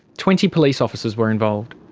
twenty police officers were involved.